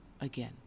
again